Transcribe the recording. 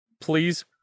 Please